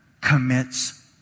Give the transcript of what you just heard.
commits